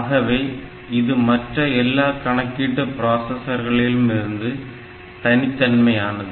ஆகவே இது மற்ற எல்லா கணக்கீட்டு ப்ராசசரிலிருந்தும் தனித்தன்மையானது